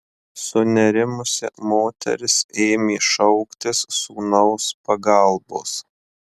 sunerimusi moteris ėmė šauktis sūnaus pagalbos